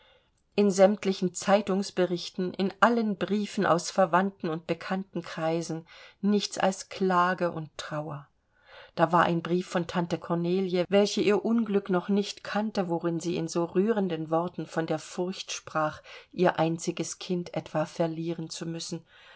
in sämtlichen zeitungsberichten in allen briefen aus verwandten und bekanntenkreisen nichts als klage und trauer da war ein brief von tante kornelie welche ihr unglück noch nicht kannte worin sie in so rührenden worten von der furcht sprach ihr einziges kind etwa verlieren zu müssen